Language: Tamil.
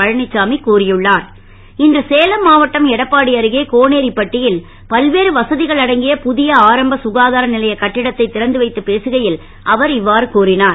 பழனிச்சாமி கூறியுள்ளார் இன்று சேலம் மாவட்டம் எடப்பாடி அருகே கோனேரிபட்டியில் பல்வேறு வசதிகள் அடங்கிய புதிய ஆரம்ப சுகாதார நிலைய கட்டிடத்தை திறந்து வைத்து பேசுகையில் அவர் இவ்வாறு கூறினார்